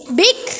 big